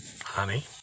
honey